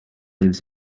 lives